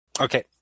okay